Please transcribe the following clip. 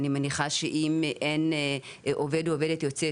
ואני מניחה שאם אין עובד או עובדת יוצאי